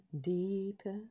deeper